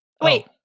Wait